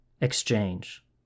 exchange